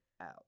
out